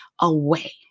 away